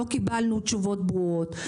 לא קיבלנו תשובות ברורות.